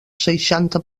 seixanta